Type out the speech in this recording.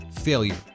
failure